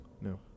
No